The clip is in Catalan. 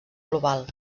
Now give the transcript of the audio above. global